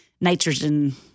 nitrogen